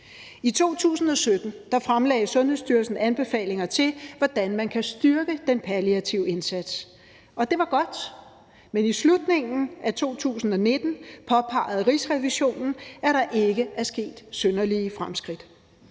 I 2017 fremlagde Sundhedsstyrelsen anbefalinger til, hvordan man kan styrke den palliative indsats, og det var godt, Men i slutningen af 2019 påpegede Rigsrevisionen, at der ikke er sket synderlige fremskridt.